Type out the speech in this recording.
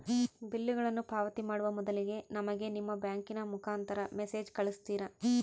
ಬಿಲ್ಲುಗಳನ್ನ ಪಾವತಿ ಮಾಡುವ ಮೊದಲಿಗೆ ನಮಗೆ ನಿಮ್ಮ ಬ್ಯಾಂಕಿನ ಮುಖಾಂತರ ಮೆಸೇಜ್ ಕಳಿಸ್ತಿರಾ?